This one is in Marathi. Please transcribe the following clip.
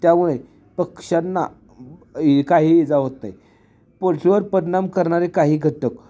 त्यामुळे पक्ष्यांना काही इजा होत नाही पोल्ट्रीवर परिणाम करणारे काही घटक